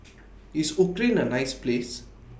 IS Ukraine A nice Place